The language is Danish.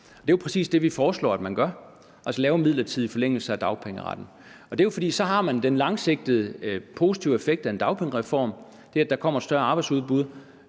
det er jo præcis det, vi foreslår at man gør, altså laver en midlertidig forlængelse af dagpengeretten. Det er jo, fordi man så har den langsigtede positive effekt af en dagpengereform, nemlig at der kommer et større arbejdsudbud